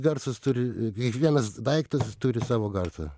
garsas turi kiekvienas daiktas turi savo garsą